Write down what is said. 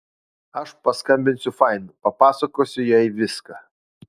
aš paskambinsiu fain papasakosiu jai viską